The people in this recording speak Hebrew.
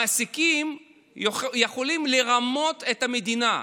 המעסיקים יכולים לרמות את המדינה.